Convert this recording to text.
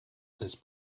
this